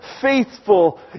faithful